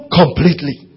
completely